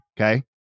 Okay